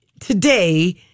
today